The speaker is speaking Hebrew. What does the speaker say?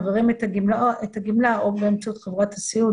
מעבירים את הגמלה או באמצעות חברת הסיעוד